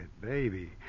baby